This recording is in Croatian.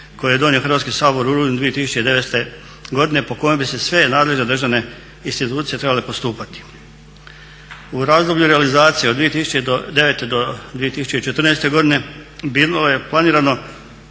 koji je donio Hrvatski sabor u rujnu 2009. godine po kojem bi sve nadležne državne institucije trebale postupati. U razdoblju realizacije od 2009. do 2014. godine bilo je planirano